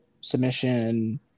submission